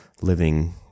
living